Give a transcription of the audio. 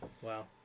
Wow